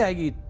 yeah you